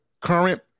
current